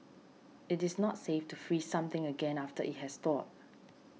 it is not safe to freeze something again after it has thawed